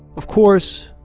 of course,